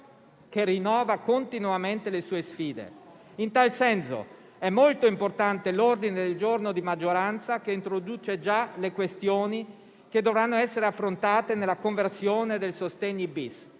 che rinnova continuamente le sue sfide. In tal senso, è molto importante l'ordine del giorno di maggioranza che introduce già le questioni che dovranno essere affrontate nella conversazione del decreto